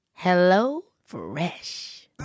HelloFresh